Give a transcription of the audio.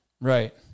Right